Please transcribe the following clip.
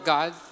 God